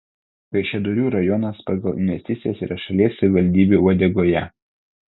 kaišiadorių rajonas pagal investicijas yra šalies savivaldybių uodegoje